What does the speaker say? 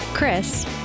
Chris